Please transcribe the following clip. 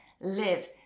live